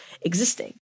existing